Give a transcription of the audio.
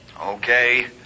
Okay